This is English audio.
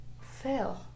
fail